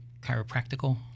Chiropractical